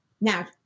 Now